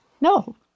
no